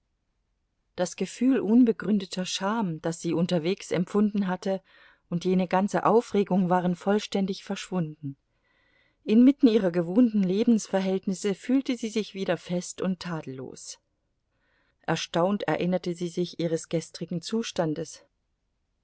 das gefühl unbegründeter scham das sie unterwegs empfunden hatte und jene ganze aufregung waren vollständig verschwunden inmitten ihrer gewohnten lebensverhältnisse fühlte sie sich wieder fest und tadellos erstaunt erinnerte sie sich ihres gestrigen zustandes